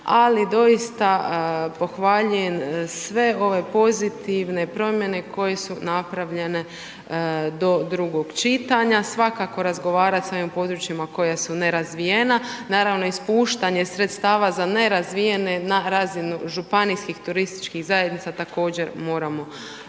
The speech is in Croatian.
Ali doista pohvaljujem sve ove pozitivne promjene koje su napravljene do drugog čitanja. Svakako razgovarati sa ovim područjima koja su nerazvijena. Naravno ispuštanje sredstava za nerazvijene na razinu županijskih turističkih zajednica također moramo pohvaliti.